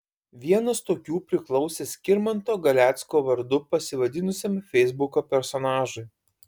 vienas tokių priklausė skirmanto galecko vardu pasivadinusiam feisbuko personažui